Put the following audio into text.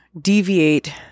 deviate